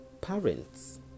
Parents